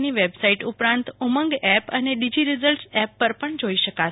ની વેબસાઈટ ઉપરાંત ઉમંગ એપ અને ડીજીરિઝલ્ટસ એપ પર પણ જોઈ શકાશે